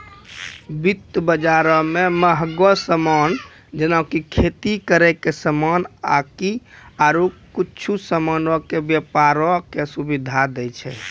वित्त बजारो मे मंहगो समान जेना कि खेती करै के समान आकि आरु कुछु समानो के व्यपारो के सुविधा दै छै